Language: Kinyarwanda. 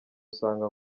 usanga